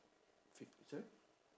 fif~ sorry